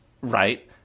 Right